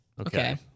Okay